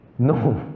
No